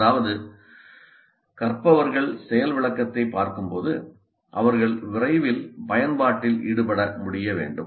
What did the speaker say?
அதாவது கற்பவர்கள் செயல் விளக்கத்தைப் பார்க்கும்போது அவர்கள் விரைவில் பயன்பாட்டில் ஈடுபட முடிய வேண்டும்